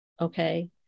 okay